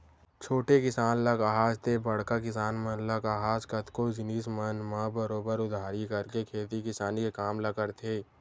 छोटे किसान ल काहस ते बड़का किसान मन ल काहस कतको जिनिस मन म बरोबर उधारी करके खेती किसानी के काम ल करथे